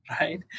right